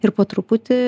ir po truputį